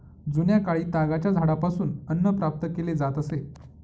जुन्याकाळी तागाच्या झाडापासून अन्न प्राप्त केले जात असे